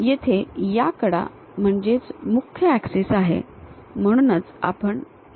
येथे या कडा म्हणजेच मुख्य ऍक्सिस आहे आणि म्हणूनच मुख्य ऍक्सिस ला आपण घेऊ शकतो